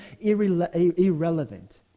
irrelevant